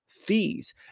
Fees